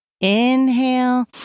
inhale